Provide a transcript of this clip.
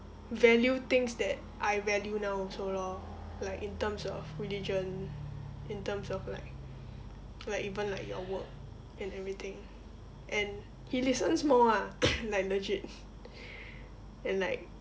value things that I value now also lor like in terms of religion in terms of like like even like your work and everything and he listens more ah like legit and like